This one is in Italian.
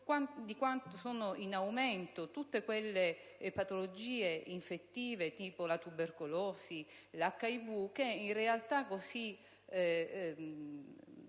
quanto sono in aumento tutte quelle patologie infettive tipo la tubercolosi e l'HIV che in tali realtà